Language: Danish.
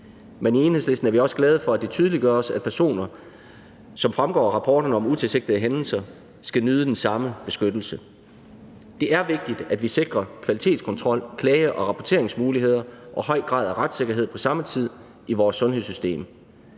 Men i Enhedslisten er vi også glade for, at det tydeliggøres, at personer, som fremgår af rapporterne om utilsigtede hændelser, skal nyde den samme beskyttelse. Det er vigtigt, at vi sikrer kvalitetskontrol, klage- og rapporteringsmuligheder og høj grad af retssikkerhed på samme tid i vores sundhedssystem.